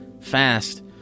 Fast